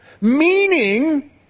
Meaning